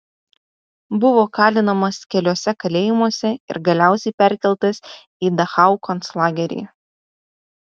buvo kalinamas keliuose kalėjimuose ir galiausiai perkeltas į dachau konclagerį